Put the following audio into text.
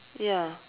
ya